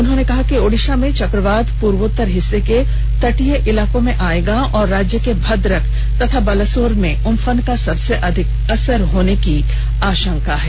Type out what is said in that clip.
उन्होंनने कहा कि ओडिसा में चक्रवात प्रर्वोत्तार हिस्से के तटीय इलाकों में आयेगा और राज्य के भद्रक और बालासोर में उम्फन का सबसे अधिक असर होने की आशंका है